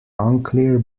unclear